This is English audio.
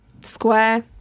square